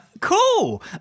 Cool